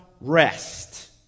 rest